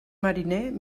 mariner